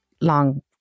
long